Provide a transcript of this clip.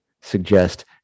suggest